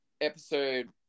episode